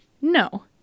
no